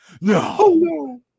No